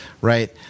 right